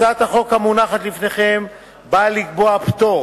הצעת החוק המונחת לפניכם באה לקבוע פטור